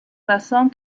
razón